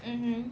mmhmm